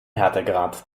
härtegrad